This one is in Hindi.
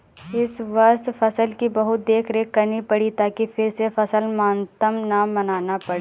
इस वर्ष फसल की बहुत देखरेख करनी पड़ी ताकि फिर से फसल मातम न मनाना पड़े